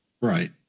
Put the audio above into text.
Right